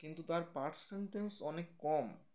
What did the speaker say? কিন্তু তার পার্সেন্টেজ অনেক কম